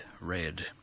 Red